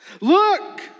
Look